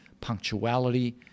punctuality